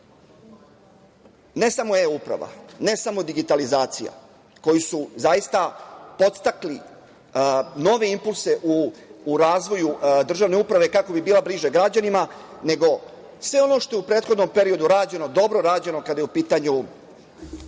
Ne samo e-uprava, ne samo digitalizacija koje su zaista podstakli nove impulse u razvoju državne uprave kako bi bila bliže građanima, nego sve ono što je u prethodnom periodu rađeno, dobro rađeno kada je u pitanju